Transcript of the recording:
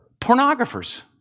Pornographers